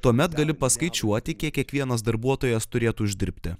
tuomet gali paskaičiuoti kiek kiekvienas darbuotojas turėtų uždirbti